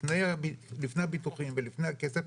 לפני הביטוחים ולפני הכסף,